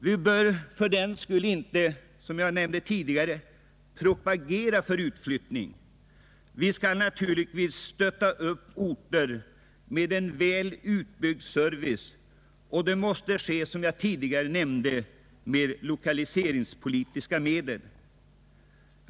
Vi bör fördenskull inte, som jag tidigare nämnde, propagera för utflyttning. Vi skall naturligtvis stötta upp avflyttningsorter med en väl utbyggd service, och det måste, som jag också tidigare nämnde, ske med lokaliseringspolitiska medel.